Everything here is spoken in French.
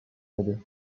aide